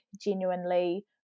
genuinely